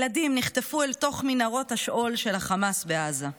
ילדים נחטפו אל תוך מנהרות השאול של החמאס בעזה.